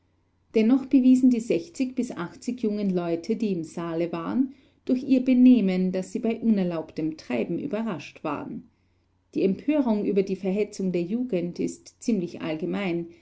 dennoch bewiesen die jungen leute die im saale waren durch ihr benehmen daß sie bei unerlaubtem treiben überrascht waren die empörung über die verhetzung der jugend ist ziemlich allgemein